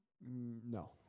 No